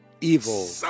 evil